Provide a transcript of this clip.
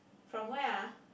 from where ah